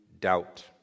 doubt